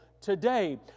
today